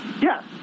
Yes